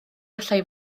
allai